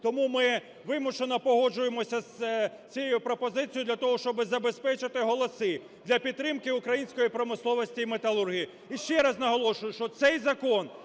Тому ми вимушено погоджуємося з цією пропозицією для того, щоб забезпечити голоси, для підтримки української промисловості і металургії. Ще раз наголошую, що цей закон,